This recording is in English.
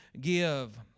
give